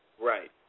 Right